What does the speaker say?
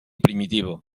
primitivo